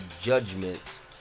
judgments